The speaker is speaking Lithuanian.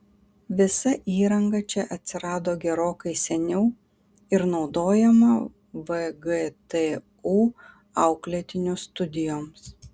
visa įranga čia atsirado gerokai seniau ir naudojama vgtu auklėtinių studijoms